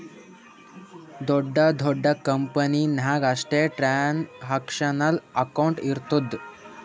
ದೊಡ್ಡ ದೊಡ್ಡ ಕಂಪನಿ ನಾಗ್ ಅಷ್ಟೇ ಟ್ರಾನ್ಸ್ಅಕ್ಷನಲ್ ಅಕೌಂಟ್ ಇರ್ತುದ್